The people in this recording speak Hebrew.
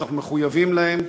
שאנחנו מחויבים להם,